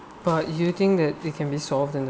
but do you think that it can be solved in the